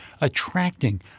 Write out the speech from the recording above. attracting